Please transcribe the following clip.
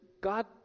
God